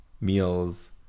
meals